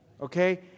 Okay